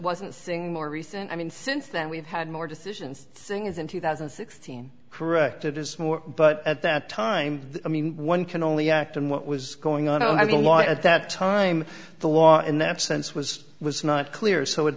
wasn't thing more recent i mean since then we've had more decisions things in two thousand and sixteen correct it is more but at that time i mean one can only act on what was going on how the law at that time the law in that sense was was not clear so at